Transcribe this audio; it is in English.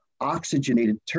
oxygenated